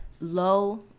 low